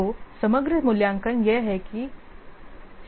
तो समग्र मूल्यांकन यह है कि यह है